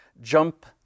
jump